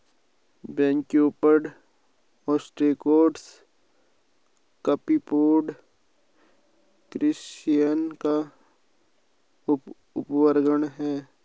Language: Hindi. ब्रैकियोपोडा, ओस्ट्राकोड्स, कॉपीपोडा, क्रस्टेशियन का उपवर्ग है